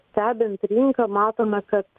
stebint rinką matome kad